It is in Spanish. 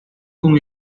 con